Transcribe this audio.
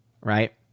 right